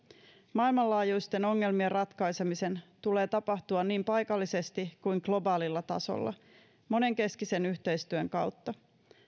maailmanlaajuisten ongelmien ratkaisemisen tulee tapahtua niin paikallisesti kuin globaalilla tasolla monenkeskisen yhteistyön kautta